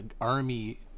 army